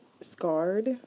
Scarred